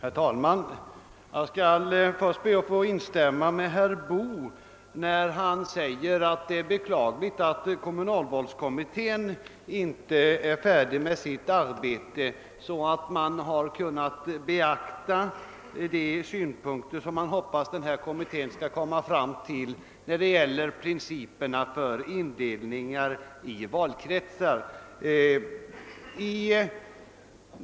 Herr talman! Jag skall först be att få instämma med herr Boo när han säger att det är beklagligt att kommunalvalskommittén inte är färdig med sitt arbete och att vi därför inte har kunnat beakta de synpunkter på principerna för indelningen i valkretsar som man hoppas att den kommittén skall framföra.